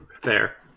Fair